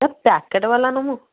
ହେ packet ବାଲା ନେବୁ